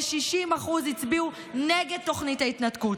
כ-60% הצביעו נגד תוכנית ההתנתקות,